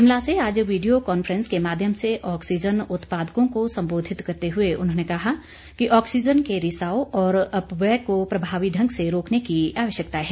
शिमला से आज video conference के माध्यम से आक्सीजन उत्पादकों को संबोधित करते हुए उन्होंने कहा कि ऑक्सीजन के रिसाव और अपव्यय को भी प्रभावी ढंग से रोकने की आवश्यकता है